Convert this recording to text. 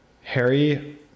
Harry